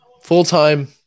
Full-time